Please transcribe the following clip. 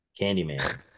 Candyman